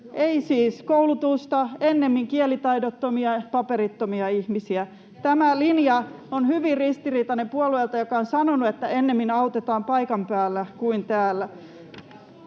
Ei siis koulutusta, vaan ennemmin kielitaidottomia, paperittomia ihmisiä. Tämä linja on hyvin ristiriitainen puolueelta, joka on sanonut, että ennemmin autetaan paikan päällä kuin täällä.